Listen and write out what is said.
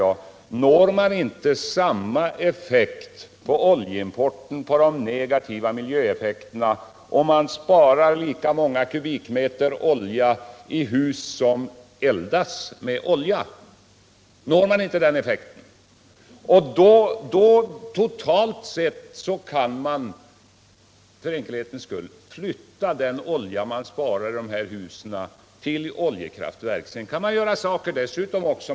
Men når man inte samma effekt på oljeimporten, på de negativa miljöverkningarna, om man sparar lika många kubikmeter olja i hus som värms upp genom oljeeldning? Den olja som man sparar in i husen kan om man så vill användas till oljekraftverk. Det finns annat man kan göra också.